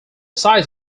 size